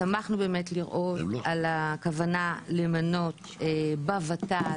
שמחנו באמת לראות את הכוונה למנות בוות"ל